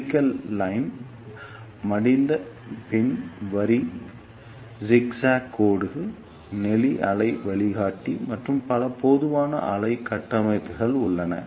helical line மடிந்த பின் வரி ஜிக்ஜாக் கோடு நெளி அலை வழிகாட்டி மற்றும் பல மெதுவான அலை கட்டமைப்புகள் உள்ளன